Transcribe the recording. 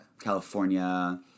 California